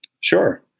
Sure